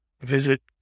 Visit